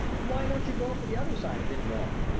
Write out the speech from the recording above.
why don't you go for the other side a bit more?